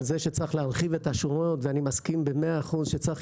על זה שצריך להרחיב את השורות ואני מסכים במאה אחוז שצריך